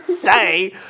say